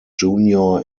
junior